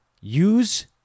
use